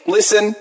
Listen